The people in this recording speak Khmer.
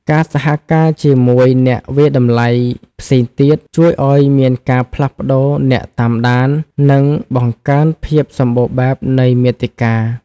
ការសហការជាមួយអ្នកវាយតម្លៃផ្សេងទៀត ជួយឱ្យមានការផ្លាស់ប្តូរអ្នកតាមដាន និងបង្កើនភាពសម្បូរបែបនៃមាតិកា។